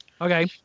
Okay